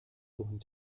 going